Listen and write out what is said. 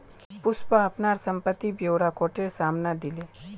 पुष्पा अपनार संपत्ति ब्योरा कोटेर साम न दिले